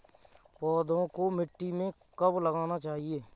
पौधों को मिट्टी में कब लगाना चाहिए?